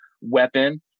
weapon